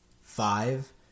Five